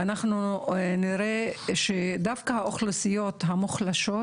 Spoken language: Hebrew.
אנחנו נראה שדווקא האוכלוסיות המוחלשות